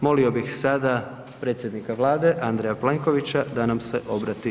Molio bih sada predsjednika Vlade Andreja Plenkovića da nam se obrati.